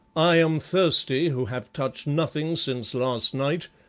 i am thirsty who have touched nothing since last night,